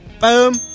Boom